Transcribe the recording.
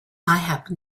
happen